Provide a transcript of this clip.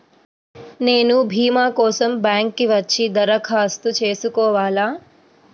నేను భీమా కోసం బ్యాంక్కి వచ్చి దరఖాస్తు చేసుకోవాలా?